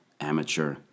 amateur